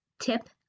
tip